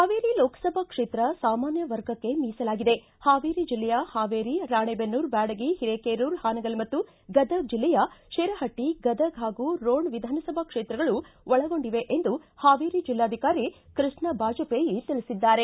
ಹಾವೇರಿ ಲೋಕಸಭಾ ಕ್ಷೇತ್ರ ಸಾಮಾನ್ಯ ವರ್ಗಕ್ಕೆ ಮೀಸಲಾಗಿದೆ ಹಾವೇರಿ ಜಿಲ್ಲೆಯ ಹಾವೇರಿ ರಾಣೇಬೆನ್ನೂರು ಬ್ಯಾಡಗಿ ಹಿರೇಕೆರೂರು ಹಾನಗಲ್ ಹಾಗೂ ಗದಗ ಜಿಲ್ಲೆಯ ಶಿರಹಟ್ಟಿ ಗದಗ ಹಾಗೂ ರೋಣ ವಿಧಾನಸಭಾ ಕ್ಷೇತ್ರಗಳು ಒಳಗೊಂಡಿದೆ ಎಂದು ಹಾವೇರಿ ಜಿಲ್ಲಾಧಿಕಾರಿ ಕೃಷ್ಣ ಬಾಜಪೇಯಿ ತಿಳಿಸಿದ್ದಾರೆ